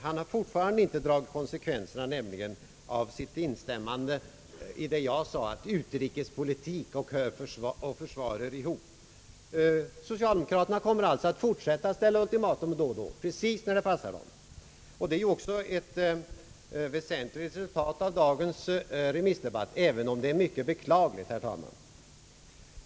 Han har fortfarande inte dragit konsekvenserna av sitt instämmande i vad jag sade, nämligen att utrikespolitiken och försvaret hör ihop. Socialdemokraterna kommer alltså att fortsätta med att ställa ultimatum då och då när det passar dem. Beskedet härom är ju också ett väsentligt resultat av dagens remissdebatt, även om det är mycket beklagligt, herr talman.